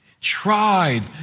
tried